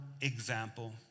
example